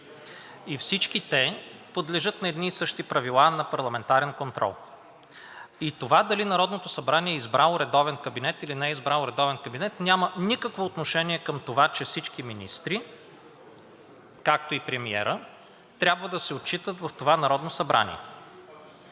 и всички те подлежат на едни и същи правила на парламентарен контрол. И това дали Народното събрание е избрало редовен кабинет, или не е избрало редовен кабинет, няма никакво отношение към това, че всички министри, както и премиерът, трябва да се отчитат в това Народно събрание.